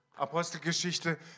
Apostelgeschichte